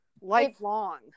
lifelong